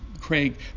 Craig